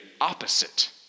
opposite